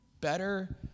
better